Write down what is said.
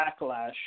Backlash